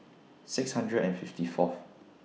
six hundred and fifty Fourth